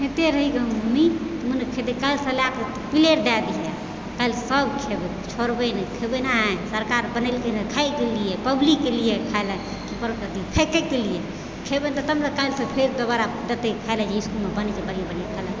खाइते रहि गेलहुँ मम्मी काल्हि प्लेट दै दिहेँ काल्हि सभ खेबै छोड़बै नहि खेबै नै सरकार बनैलके है खाइके लिए पब्लिकके खाइके लिए कि फेँकैके लिए खेबै तऽ ने काल्हि फेर दोबारा देतै खाइ लेल जे इसकुलमे बनै छै बढ़िआँ बढ़िआँ खाना